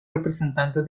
representante